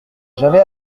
j’avais